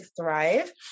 thrive